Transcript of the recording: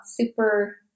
super